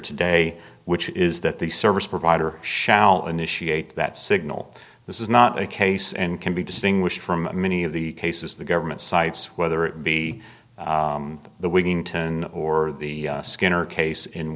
today which is that the service provider shall initiate that signal this is not a case and can be distinguished from many of the cases the government cites whether it be the we're going to or the skinner case in